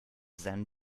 zen